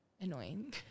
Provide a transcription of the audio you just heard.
Annoying